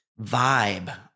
vibe